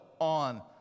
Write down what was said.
on